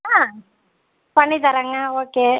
ஆ பண்ணித் தரேங்க ஓகே